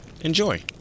Enjoy